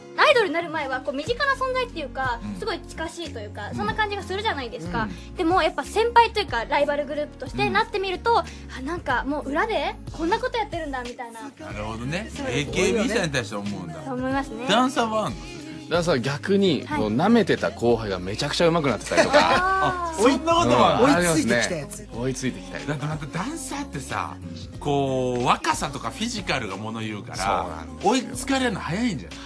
アイドルになる前はこう身近な存在っていうか、うん。すごい近しいというか、うん。そんな感じがするじゃないですか。うん。でもやっぱ先輩というかライバルグループとしてなってみると、うん。あ、なんかもう裏でこんなことやってるんだみたいな。なるほどね。AKBさんに対して思うんだ。 そう思いますね。 ダンサーはあんの？ダンサーは逆に、こう、はい。舐めてた後輩がめちゃくちゃ上手くなってたりとか。あー。 そんなことは。うん、ありますね。追いついてきたやつ。 追いついてきたりとか。 だってなんかダンサーってさ、こう、若さとかフィジカルが物言うから、 そうなんですよ。 追いつかれるの早いんじゃない？